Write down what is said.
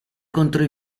contro